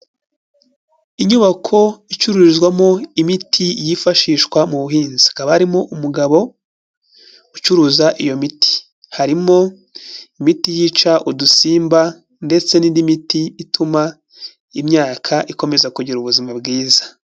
Inyubako icururizwamo imiti yifashishwa mu buhinzi, hakaba harimo umugabo ucuruza iyo miti, harimo imiti yica udusimba ndetse n'indi miti ituma imyaka ikomeza kugira ubuzima bwiza.